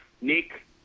Nick